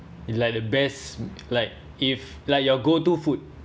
it's like the best like if like your go-to food